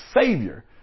savior